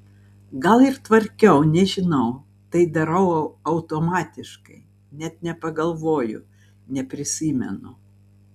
gal ir tvarkiau nežinau tai darau automatiškai net nepagalvoju neprisimenu